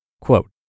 Quote